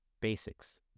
basics